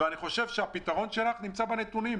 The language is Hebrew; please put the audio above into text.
הפתרון שלך נמצא בנתונים.